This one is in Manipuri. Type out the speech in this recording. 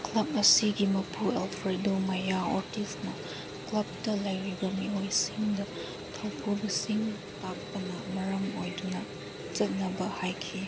ꯀ꯭ꯂꯕ ꯑꯁꯤꯒꯤ ꯃꯄꯨ ꯑꯜꯐ꯭ꯔꯦꯗꯣ ꯃꯌꯥ ꯑꯣꯔꯇꯤꯁꯅ ꯀ꯭ꯂꯕꯇ ꯂꯩꯔꯤꯕ ꯃꯤꯑꯣꯏꯁꯤꯡꯗ ꯊꯧꯄꯨꯕꯁꯤꯡ ꯇꯥꯛꯄꯅ ꯃꯔꯝ ꯑꯣꯏꯗꯨꯅ ꯆꯠꯅꯕ ꯍꯥꯏꯈꯤ